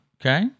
Okay